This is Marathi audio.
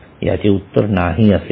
याचे उत्तर नाही असे आहे